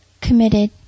committed